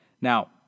Now